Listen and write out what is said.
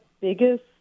biggest